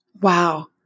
Wow